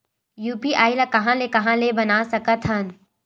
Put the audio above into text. UPI ल कहां ले कहां ले बनवा सकत हन?